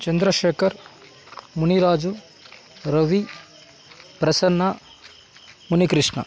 Chandrashekhar Muniraju Ravi Prasanna Munikrishna